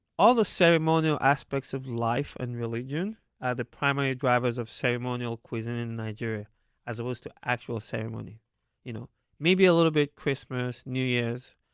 all the ceremonial aspects of life and religion are the primary drivers of ceremonial cuisine in nigeria as opposed to actual ceremony you know maybe a little bit christmas, new year's.